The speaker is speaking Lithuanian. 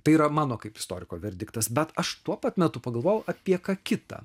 tai yra mano kaip istoriko verdiktas bet aš tuo pat metu pagalvojau apie ką kita